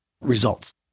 Results